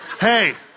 hey